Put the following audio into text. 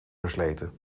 versleten